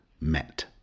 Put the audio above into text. met